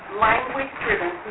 language-driven